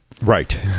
right